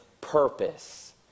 purpose